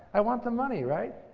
i want the money, right?